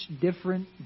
different